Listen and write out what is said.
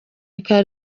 rikaba